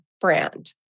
brand